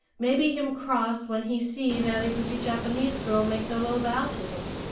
maybe him cross when he see very pretty japanese girl make the low bow to him.